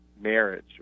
marriage